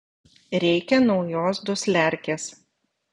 reikia naujos dusliarkės